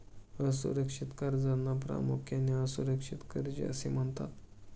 असुरक्षित कर्जांना प्रामुख्याने असुरक्षित कर्जे असे म्हणतात